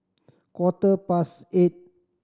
quarter past eight